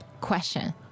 question